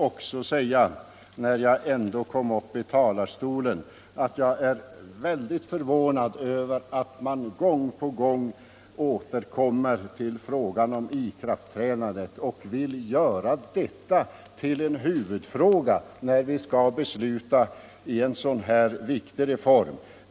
Låt mig, när jag nu ändå befinner mig i talarstolen, få säga att jag är mycket förvånad över att man gång på gång återkommer till frågan om ikraftträdandet och vill göra denna till en huvudfråga när vi nu skall besluta om en så här viktig reform.